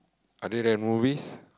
other than movies